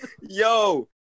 Yo